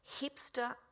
hipster